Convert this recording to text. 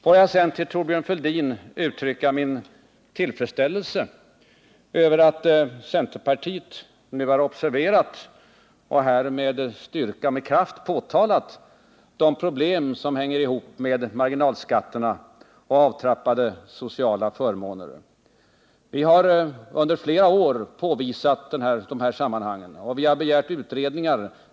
Jag vill sedan till Thorbjörn Fälldin uttrycka min tillfredsställelse över att centerpartiet nu har observerat och med kraft påtalat de problem som hänger ihop med marginalskatterna och avtrappade sociala förmåner. Vi har under flera år påvisat dessa sammanhang och begärt utredningar.